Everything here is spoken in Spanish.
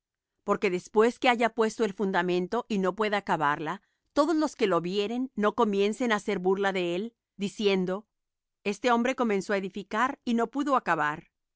porque después que haya puesto el fundamento y no pueda acabarla todos los que lo vieren no comiencen á hacer burla de él diciendo este hombre comenzó á edificar y no pudo acabar